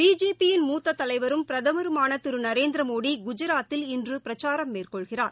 பிஜேபியின் மூத்த தலைவரும் பிரதமருமான திரு நரேந்திரமோடி குஜராத்தில் இன்று பிரச்சாரம் மேற்கொள்கிறார்